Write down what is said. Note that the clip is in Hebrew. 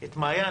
ואת מעיין.